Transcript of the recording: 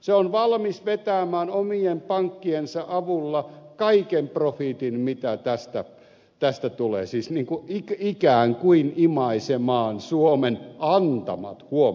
se on valmis vetämään omien pankkiensa avulla kaiken profitin mitä tästä tulee siis ikään kuin imaisemaan suomen antamat huom